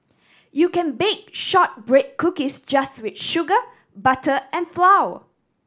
you can bake shortbread cookies just with sugar butter and flour